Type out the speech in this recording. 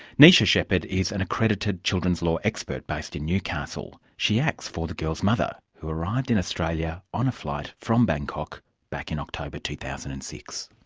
neisha shepherd is an accredited children's law expert based in newcastle. she acts for the girl's mother, who arrived in australia on a flight from bangkok back in october two thousand and six.